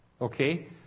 Okay